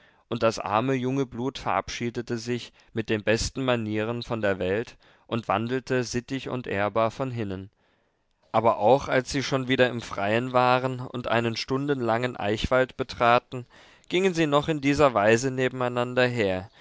und das arme junge blut verabschiedete sich mit den besten manieren von der welt und wandelte sittig und ehrbar von hinnen aber auch als sie schon wieder im freien waren und einen stundenlangen eichwald betraten gingen sie noch in dieser weise nebeneinander her